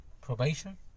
Probation